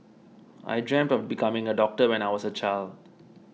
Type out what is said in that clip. I dreamt of becoming a doctor when I was a child